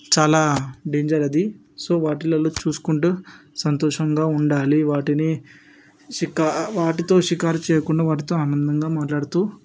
చాలా డెంజర్ అది సో వాటిలల్లో చూసుకుంటూ సంతోషంగా ఉండాలి వాటిని షికా వాటితో షికారు చేయకుండా వాటితో ఆనందంగా మాట్లాడుతూ